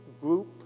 group